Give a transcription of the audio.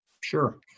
Sure